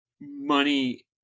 money